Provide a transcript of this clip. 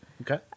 Okay